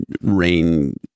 rain